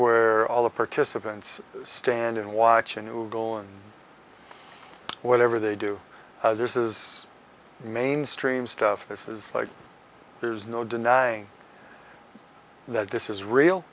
where all the participants stand and watch and who go and whatever they do this is mainstream stuff this is like there's no denying that this is real